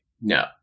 no